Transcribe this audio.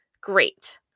Great